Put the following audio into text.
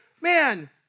man